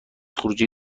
خروجی